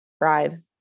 ride